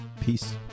peace